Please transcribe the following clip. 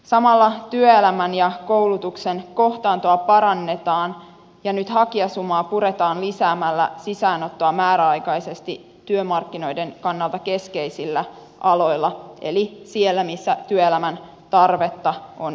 samalla työelämän ja koulutuksen kohtaantoa parannetaan ja nyt hakijasumaa puretaan lisäämällä sisäänottoa määräaikaisesti työmarkkinoiden kannalta keskeisillä aloilla eli siellä missä työelämän tarvetta on eniten